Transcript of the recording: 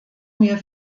mir